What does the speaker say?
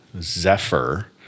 Zephyr